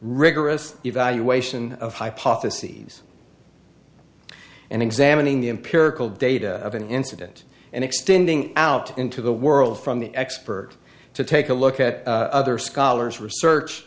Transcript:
rigorous evaluation of hypotheses and examining the empirical data of an incident and extending out into the world from the expert to take a look at other scholars research